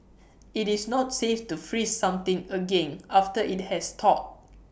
IT is not safe to freeze something again after IT has thawed